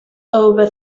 over